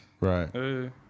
Right